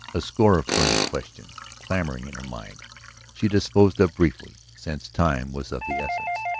a score of burning questions clamoring in her mind she disposed of briefly, since time was of the essence.